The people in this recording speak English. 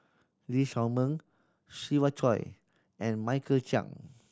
Lee Shao Meng Siva Choy and Michael Chiang